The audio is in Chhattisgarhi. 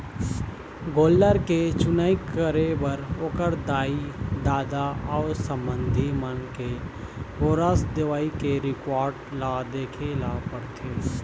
गोल्लर के चुनई करे बर ओखर दाई, ददा अउ संबंधी मन के गोरस देवई के रिकार्ड ल देखे ल परथे